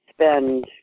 spend